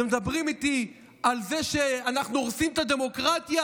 אתם מדברים איתי על זה שאנחנו הורסים את הדמוקרטיה?